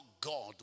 God